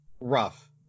rough